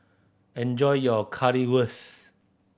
enjoy your Currywurst